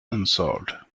unsolved